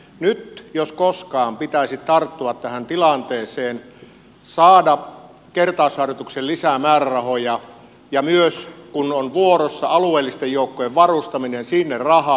nyt jos koskaan pitäisi tarttua tähän tilanteeseen saada kertausharjoituksiin lisää määrärahoja ja myös kun on vuorossa alueellisten joukkojen varustaminen sinne rahaa